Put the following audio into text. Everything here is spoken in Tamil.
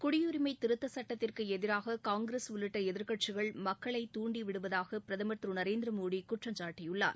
குடியுரிமை திருத்த சட்டத்திற்கு எதிராக காங்கிரஸ் உள்ளிட்ட எதிர்க்கட்சிகள் மக்களை துண்டிவிடுவதாக பிரதமர் திரு நரேந்திரமோடி குற்றம் சாட்டியுள்ளார்